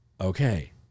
okay